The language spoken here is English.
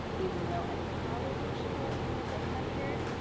even though i probably should go a little bit heavier,